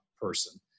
person